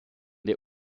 der